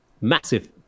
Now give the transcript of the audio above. massive